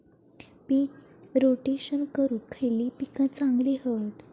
पीक rotation करूक खयली पीका चांगली हत?